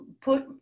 put